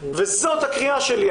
זאת הקריאה שלי.